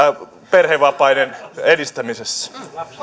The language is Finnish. perhevapaiden edistämisessä